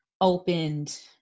opened